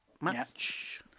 match